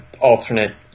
alternate